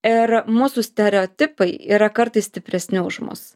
ir mūsų stereotipai yra kartais stipresni už mus